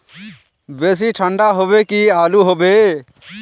बेसी ठंडा होबे की आलू होबे